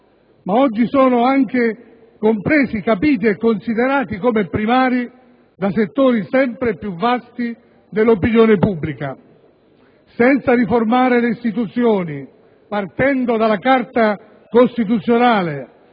ma oggi sono anche compresi, capiti e considerati come primari da settori sempre più vasti dell'opinione pubblica. Senza riformare le istituzioni, partendo dalla Carta costituzionale